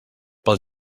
pel